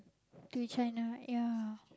to China ya